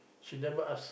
she never ask